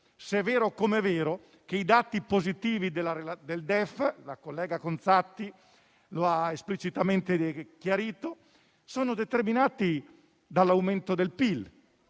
se è vero come è vero che i dati positivi del DEF - come la collega Conzatti ha esplicitamente chiarito - sono determinati dall'aumento del PIL,